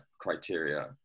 criteria